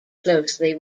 closely